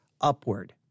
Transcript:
upward